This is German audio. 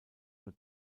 nur